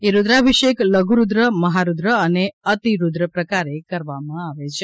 એ રૂદ્રાભિષેક લધુરૂદ્ર મહારૂદ્ર અને અતિરૂદ્ર પ્રકારે કરવામાં આવે છે